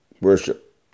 worship